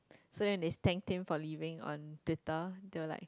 so it is thank team for leaving on Twitter they were like